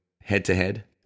head-to-head